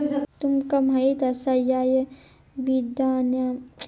तुमका माहीत आसा यात्रा विम्याबद्दल?, तुम्ही यात्रा करतेवेळी तुमका विमा सुरक्षा प्रदान करता